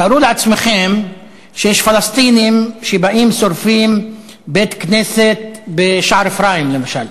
תארו לעצמכם שיש פלסטינים שבאים ושורפים בית-כנסת בשער-אפרים למשל,